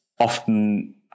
often